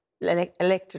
elected